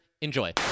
Enjoy